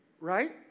Right